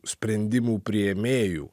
sprendimų priėmėjų